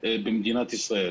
במדינת ישראל